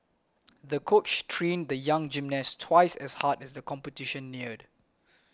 the coach trained the young gymnast twice as hard as the competition neared